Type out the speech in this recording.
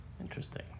Interesting